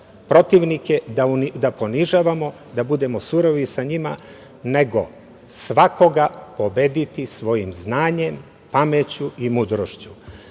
protivnike da ponižavamo, da budemo surovi sa njima, nego svakoga pobediti svojim znanjem, pameću i mudrošću. Drage